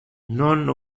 non